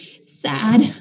sad